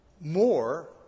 more